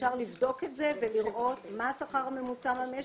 אפשר לבדוק את זה ולראות מה השכר הממוצע במשק.